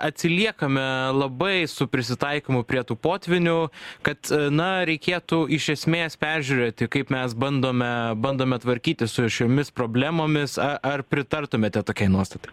atsiliekame labai su prisitaikymu prie tų potvynių kad na reikėtų iš esmės peržiūrėti kaip mes bandome bandome tvarkytis su šiomis problemomis a ar pritartumėte tokiai nuostatai